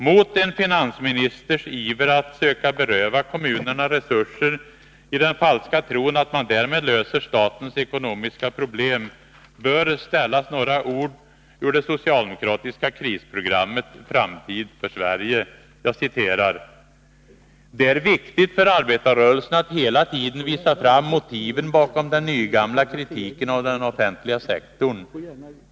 Mot en finansministers iver att söka beröva kommunerna resurser i den falska tron att man därmed löser statens ekonomiska problem bör ställas några ord ur det socialdemokratiska krisprogrammet Framtid för Sverige: ”Det är viktigt för arbetarrörelsen att hela tiden visa fram motiven bakom den nygamla kritiken av den offentliga sektorn.